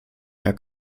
herr